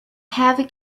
heavy